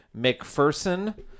McPherson